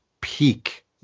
peak